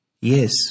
Yes